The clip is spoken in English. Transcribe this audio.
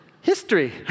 history